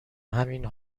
همین